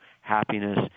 happiness